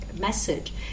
message